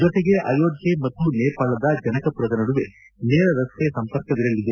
ಜೊತೆಗೆ ಅಯೋಧ್ಯ ಮತ್ತು ನೇವಾಳದ ಜನಕಮರದ ನಡುವೆ ನೇರ ರಸ್ತೆ ಸಂಪರ್ಕವಿರಲಿದೆ